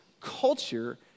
culture